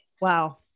Wow